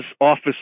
office